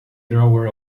drawer